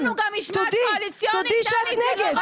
תודי שאת נגד.